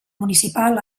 municipal